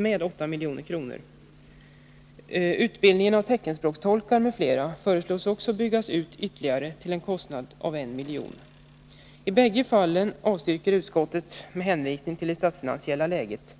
med 8 milj.kr. Utbildningen av teckenspråkstolkar m.fl. föreslås också byggas ut ytterligare till en kostnad av 1 milj.kr. mer än vad regeringen har föreslagit. I bägge fallen avstyrker utskottet med hänvisning till det statsfinansiella läget.